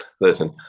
listen